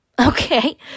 Okay